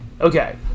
Okay